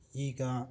ಈಗ